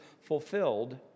fulfilled